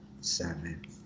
seven